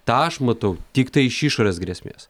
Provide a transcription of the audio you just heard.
tą aš matau tiktai iš išorės grėsmės